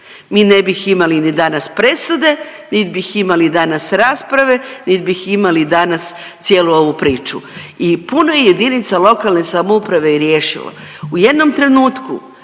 mi ne bih imali ni danas presude, nit bih imali danas rasprave, nit bih imali danas cijelu ovu priču. I puno je jedinica lokalne samouprave i riješilo. U jednom trenutku